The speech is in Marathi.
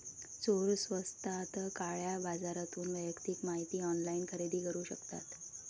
चोर स्वस्तात काळ्या बाजारातून वैयक्तिक माहिती ऑनलाइन खरेदी करू शकतात